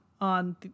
on